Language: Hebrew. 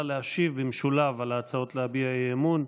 להשיב במשולב על ההצעות להביע אי-אמון.